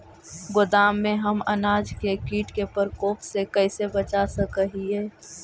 गोदाम में हम अनाज के किट के प्रकोप से कैसे बचा सक हिय?